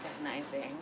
recognizing